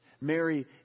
Mary